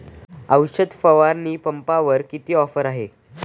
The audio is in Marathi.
औषध फवारणी पंपावर किती ऑफर आहे?